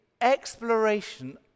exploration